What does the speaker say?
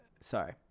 Sorry